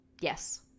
Yes